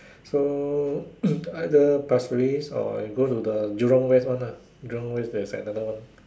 so either Pasir-Ris or I go to the jurong West one ah jurong West there's another one